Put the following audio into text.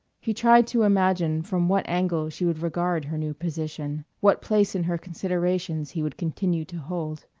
he tried to imagine from what angle she would regard her new position, what place in her considerations he would continue to hold.